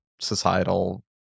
societal